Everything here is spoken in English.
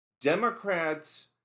Democrats